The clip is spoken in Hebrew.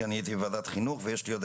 כי הייתי בוועדת החינוך ויש לי בעוד